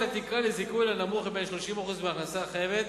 לנמוך מבין 30% מההכנסה החייבת